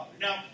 Now